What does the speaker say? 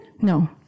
No